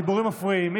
הדיבורים מפריעים.